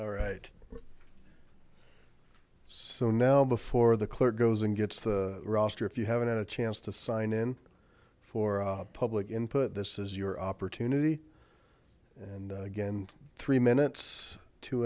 all right so now before the clerk goes and gets the roster if you haven't had a chance to sign in for public input this is your opportunity and again three minutes two